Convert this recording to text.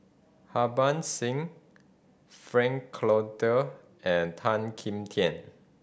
Harbans Singh Frank Cloutier and Tan Kim Tian